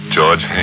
George